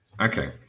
Okay